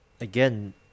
again